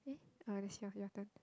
eh uh that's your your turn